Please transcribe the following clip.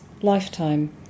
lifetime